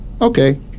okay